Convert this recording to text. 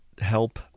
help